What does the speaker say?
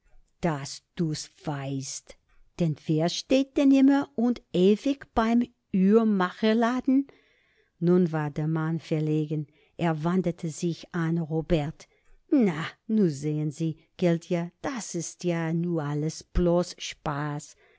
daß du's weißt denn wer steht denn immer und ewig beim uhrmacherladen nun war der mann verlegen er wandte sich an robert na nu sehn sie gelt ja das is ja nu alles bloß spaß